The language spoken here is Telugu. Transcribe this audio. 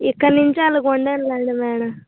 ఇక నుంచి అలాగ ఉండనులే అండి మేడం